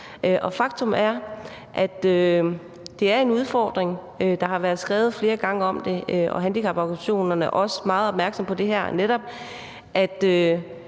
Faktum er, at det er en udfordring. Der har været skrevet om det flere gange, og handicaporganisationerne er også meget opmærksomme på det her, altså